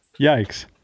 Yikes